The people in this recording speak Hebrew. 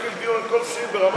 יתחיל דיון על כל סעיף ברמה כזאת,